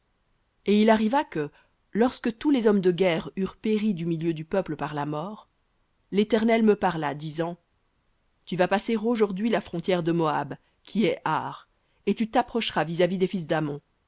et il arriva que lorsque tous les hommes de guerre eurent péri du milieu du peuple par la mort léternel me parla disant tu vas passer aujourd'hui la frontière de moab ar et tu t'approcheras vis-à-vis des fils